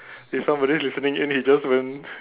if somebody is listening in he just went